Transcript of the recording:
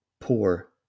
poor